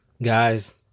Guys